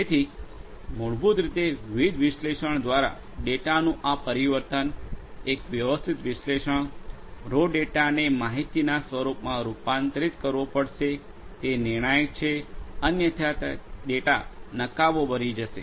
તેથી મૂળભૂત રીતે વિવિધ વિશ્લેષણ દ્વારા ડેટાનું આ પરિવર્તન એક વ્યવસ્થિત વિશ્લેષણ રો ડેટાને માહિતીના સ્વરૂપમાં રૂપાંતરિત કરવો પડશે તે નિર્ણાયક છે અન્યથા તે ડેટા નકામોં બની જશે